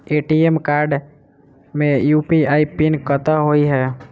ATM card मे UPI PIN कतह होइ है?